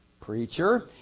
preacher